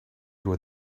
would